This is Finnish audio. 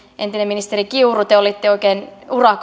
entinen ministeri kiuru te te olitte oikein